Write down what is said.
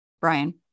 Brian